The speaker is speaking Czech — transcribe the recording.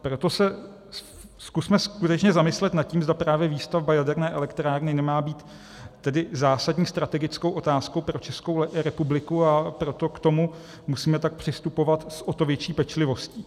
Proto se zkusme skutečně zamyslet nad tím, zda právě výstavba jaderné elektrárny nemá být tedy i zásadní strategickou otázkou pro Českou republiku, a proto k tomu musíme tak přistupovat s o to větší pečlivostí.